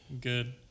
Good